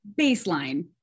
Baseline